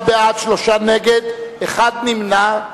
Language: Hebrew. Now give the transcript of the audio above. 51 בעד, שלושה נגד, אחד נמנע.